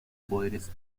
poderes